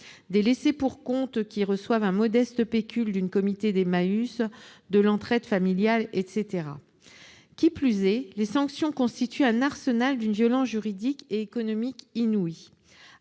des laissés-pour-compte qui reçoivent un modeste pécule d'une communauté d'Emmaüs, de l'entraide familiale, etc. D'autre part, les sanctions constituent un « arsenal d'une violence juridique et économique inouïe